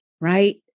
right